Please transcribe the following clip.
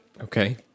okay